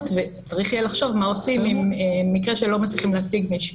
וצריך יהיה לחשוב מה עושים עם מקרה שלא מצליחים להשיג מישהו.